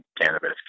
cannabis